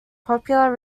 popular